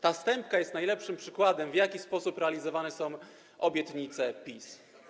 Ta stępka jest najlepszym przykładem, w jaki sposób realizowane są obietnice PiS.